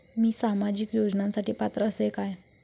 मी सामाजिक योजनांसाठी पात्र असय काय?